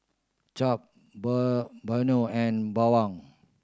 Chap and Bawang